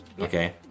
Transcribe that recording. Okay